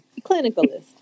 Clinicalist